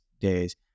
days